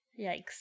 Yikes